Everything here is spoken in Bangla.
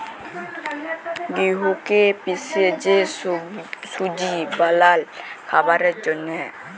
গেঁহুকে পিসে যে সুজি বালাল খাবারের জ্যনহে